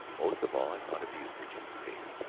most of all i thought of you, virginia page.